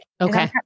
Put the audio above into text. Okay